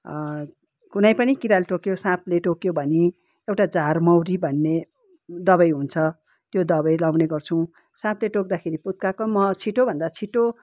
कुनै पनि किराले टोक्यो साँपले टोक्यो भने एउटा झारमौरी भन्ने दबाई हुन्छ त्यो दबाई लगाउने गर्छौँ साँपले टोक्दाखेरि पुत्काको मह छिटोभन्दा छिटो